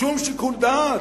שום שיקול דעת?